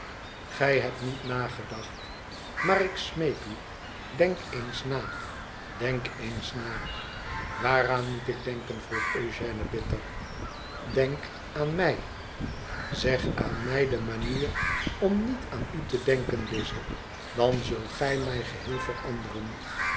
gij hebt niet nagedacht maar ik smeek u denk eens na denk eens na waaraan moet ik denken vroeg eugène bitter denk aan mij zeg aan mij de manier om niet aan u te denken lize dan zult gij mij geheel veranderen